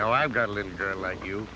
know i got a little girl like you